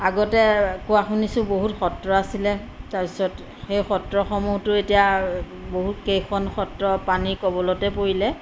আগতে কোৱা শুনিছোঁ বহুত সত্ৰ আছিলে তাৰপিছত সেই সত্ৰসমূহতো এতিয়া বহুত কেইখন সত্ৰ পানীৰ কবলতে পৰিলে